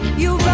you